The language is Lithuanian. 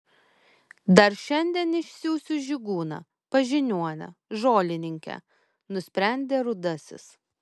dar šiandien išsiųsiu žygūną pas žiniuonę žolininkę nusprendė rudasis